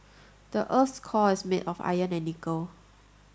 the earth's core is made of iron and nickel